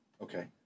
Okay